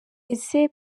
ese